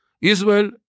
Israel